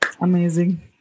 amazing